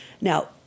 Now